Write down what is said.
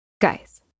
guys